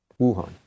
Wuhan